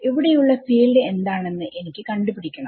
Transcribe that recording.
ഇവിടെ ഉള്ള ഫീൽഡ് എന്താണെന്ന് എനിക്ക് കണ്ട് പിടിക്കണം